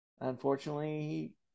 unfortunately